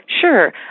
Sure